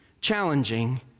challenging